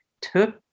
took